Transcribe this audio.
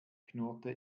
knurrte